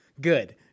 good